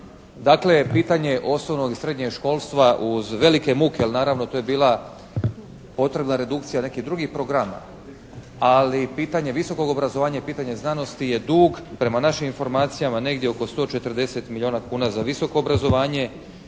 Dakle, pitanje je osnovnog i srednjeg školstva uz velike muke. Ali naravno, to je bila potrebna redukcija nekih drugih programa. Ali pitanje visokog obrazovanja i pitanje znanosti je dug prema našim informacijama negdje oko 140 milijuna kuna za visoko obrazovanje